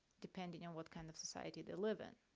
depending on what kind of society they live in.